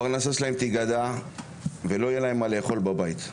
הפרנסה שלהם תיגדע ולא יהיה להם מה לאכול בבית.